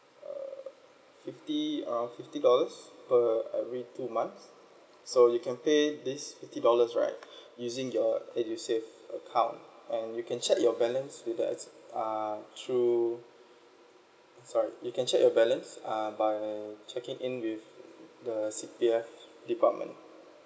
err fifty around fifty dollars per every two months so you can pay this eighty dollars right using your edusave account and you can check your balance with us uh through sorry you can check your balance uh by checking in with the C_P_F department